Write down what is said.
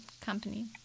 company